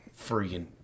freaking